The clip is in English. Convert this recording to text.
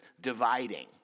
dividing